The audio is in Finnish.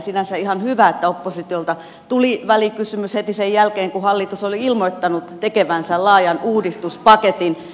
sinänsä ihan hyvä että oppositiolta tuli välikysymys heti sen jälkeen kun hallitus oli ilmoittanut tekevänsä laajan uudistuspaketin